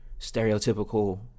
stereotypical